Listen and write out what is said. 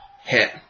hit